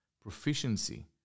proficiency